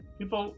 People